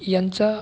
यांचा